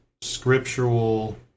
scriptural